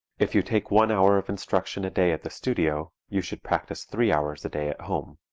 if you take one hour of instruction a day at the studio, you should practice three hours a day at home.